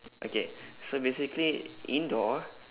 okay so basically indoor